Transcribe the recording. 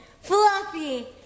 Fluffy